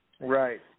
right